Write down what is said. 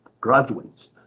graduates